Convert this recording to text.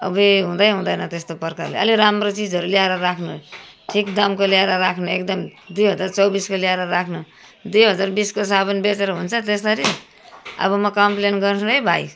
अबुइ हुँदै हुँदैन त्यस्तो प्रकारले अलि राम्रो चिजहरू ल्याएर राख्नु होस् ठिक दामको ल्याएर राख्नु एकदम दुई हजार चौबिसको ल्याएर राख्नु दुई हजार बिसको साबुन बेचेर हुन्छ त्यस्तरी अब म कम्प्लेन गर्छु है भाइ